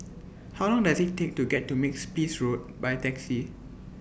How Long Does IT Take to get to Makes Peace Road By Taxi